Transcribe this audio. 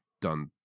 done